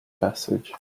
passage